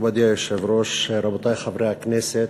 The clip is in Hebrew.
מכובדי היושב-ראש, רבותי חברי הכנסת,